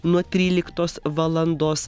nuo tryliktos valandos